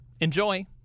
Enjoy